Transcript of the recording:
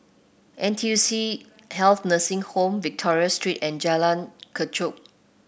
N T U C Health Nursing Home Victoria Street and Jalan Kechot